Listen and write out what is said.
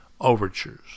overtures